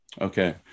Okay